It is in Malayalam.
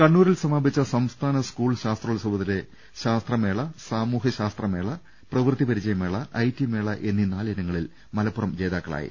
കണ്ണൂരിൽ സമാപിച്ച സംസ്ഥാന സ്കൂൾ ശാസ്ത്രോത്സവത്തിലെ ശാസ്ത്രമേള സാമൂഹ്യശാസ്ത്രമേള പ്രവൃത്തിപരിചയമേള ഐ ടി മേള എന്നീ നാലിനങ്ങളിൽ മലപ്പുറം ജേതാക്കളായി